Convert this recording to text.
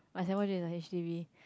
my Singapore dream is a h_d_b